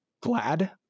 glad